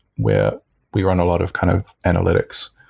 where we run a lot of kind of analytics.